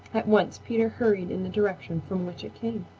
at once peter hurried in the direction from which it came.